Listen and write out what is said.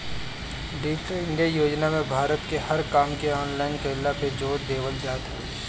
digital India योजना में भारत में हर काम के ऑनलाइन कईला पे जोर देवल जात हवे